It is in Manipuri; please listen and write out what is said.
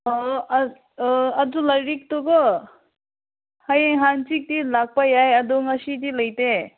ꯑꯗꯨ ꯂꯥꯏꯔꯤꯛꯇꯨ ꯀꯣ ꯍꯌꯦꯡ ꯍꯪꯆꯤꯠꯇꯤ ꯂꯥꯛꯄ ꯌꯥꯏ ꯑꯗꯨ ꯉꯁꯤꯗꯤ ꯂꯩꯇꯦ